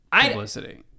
publicity